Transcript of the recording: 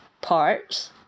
parts